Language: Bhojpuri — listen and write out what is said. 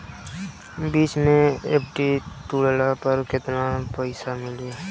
बीच मे एफ.डी तुड़ला पर केतना पईसा मिली?